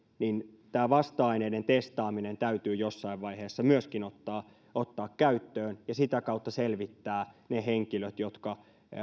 tämä vasta aineiden testaaminen täytyy jossain vaiheessa myöskin ottaa ottaa käyttöön ja sitä kautta selvittää ne henkilöt jotka